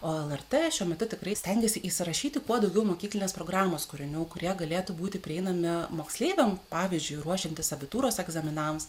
o lrt šiuo metu tikrai stengiasi įsirašyti kuo daugiau mokyklinės programos kūrinių kurie galėtų būti prieinami moksleiviam pavyzdžiui ruošiantis abitūros egzaminams